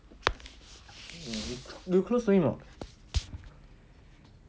you close to him or not